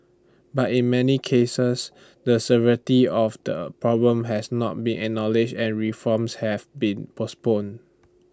but in many cases the severity of the problem has not been acknowledged and reforms have been postponed